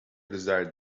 desired